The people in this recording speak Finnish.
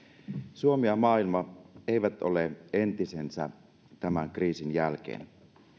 suomi ja maailma eivät ole entisensä tämän kriisin jälkeen